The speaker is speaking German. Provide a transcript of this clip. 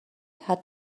hat